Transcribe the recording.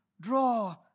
Draw